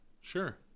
Sure